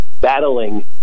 battling